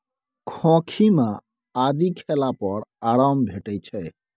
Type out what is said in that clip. खोंखी मे आदि खेला पर आराम भेटै छै